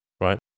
right